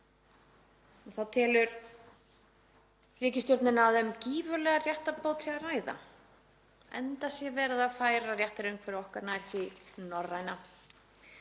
Þá telur ríkisstjórnin að um gífurlega réttarbót sé að ræða, enda sé verið að færa réttarumhverfi okkar nær því norræna.